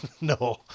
No